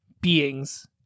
beings